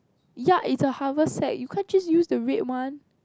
ya it's a harvest set you can't just use the red one